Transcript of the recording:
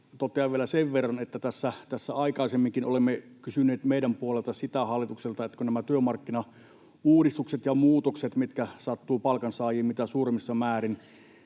totean vielä sen verran, että kun tässä aikaisemminkin meidän puolelta olemme kysyneet hallitukselta siitä, kun nämä työmarkkinauudistukset ja -muutokset sattuvat palkansaajiin mitä suurimmissa määrin,